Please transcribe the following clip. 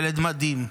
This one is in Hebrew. ילד מדהים,